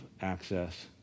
access